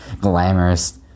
glamorous